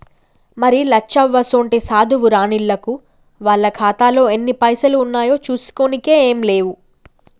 మరి లచ్చవ్వసోంటి సాధువు రానిల్లకు వాళ్ల ఖాతాలో ఎన్ని పైసలు ఉన్నాయో చూసుకోనికే ఏం లేవు